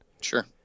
Sure